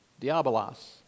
diabolos